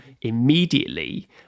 immediately